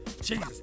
jesus